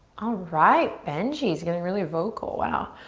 all right, benji's getting really vocal, wow.